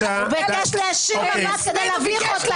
הוא ביקש להישיר מבט כדי להביך אותה,